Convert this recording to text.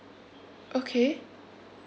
okay